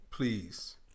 Please